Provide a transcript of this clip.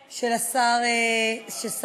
מס' 62) (חממות טכנולוגיות וחברות הזנק),